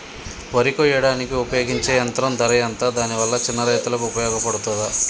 వరి కొయ్యడానికి ఉపయోగించే యంత్రం ధర ఎంత దాని వల్ల చిన్న రైతులకు ఉపయోగపడుతదా?